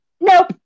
nope